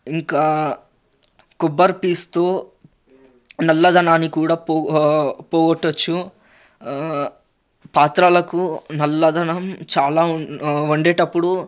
ఇంకా కొబ్బరపీచుతో నల్లదనాన్ని కూడా పో పోగొట్టచ్చు పాత్రలకు నల్లదనం చాలా ఉన్ వండేటప్పుడు